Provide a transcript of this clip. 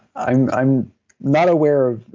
i'm i'm not aware